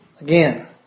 again